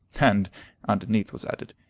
and underneath was added,